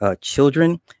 children